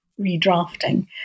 redrafting